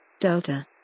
Delta